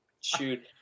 shoot